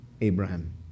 Abraham